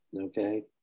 Okay